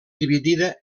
dividida